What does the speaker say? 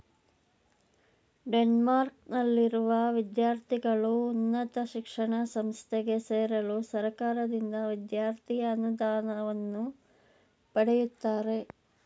ಡೆನ್ಮಾರ್ಕ್ನಲ್ಲಿರುವ ವಿದ್ಯಾರ್ಥಿಗಳು ಉನ್ನತ ಶಿಕ್ಷಣ ಸಂಸ್ಥೆಗೆ ಸೇರಲು ಸರ್ಕಾರದಿಂದ ವಿದ್ಯಾರ್ಥಿ ಅನುದಾನವನ್ನ ಪಡೆಯುತ್ತಾರೆ